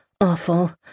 Awful